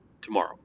tomorrow